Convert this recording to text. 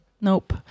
Nope